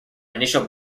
initial